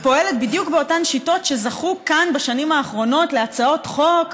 ופועלת בדיוק באותן שיטות שזכו כאן בשנים האחרונות להצעות חוק,